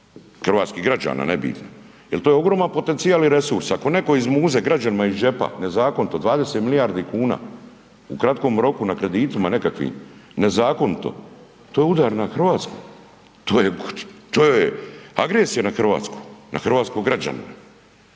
hrvatskih građana …/nerazumljivo/… jer to je ogroman potencijal i resur. Ako netko izmuze građanima iz džepa nezakonito 20 milijardi kuna u kratkom roku na kreditima nekakvim, nezakonito, to je udar na Hrvatsku, to je agresija na Hrvatsku, na hrvatskog građana.